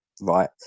right